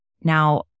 Now